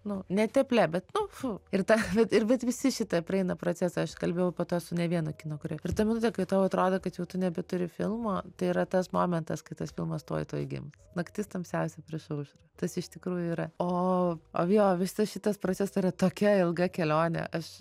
nu ne tep lep bet fu ir ta ir bet visi šitą praeina procesą aš kalbėjau po to su ne vienu kino kūrėju ir tą minutę kai tau atrodo kad jau tu nebeturi filmo tai yra tas momentas kai tas filmas tuoj tuoj gims naktis tamsiausia prieš aušrą tas iš tikrųjų yra o o jo visas šitas procesas yra tokia ilga kelionė aš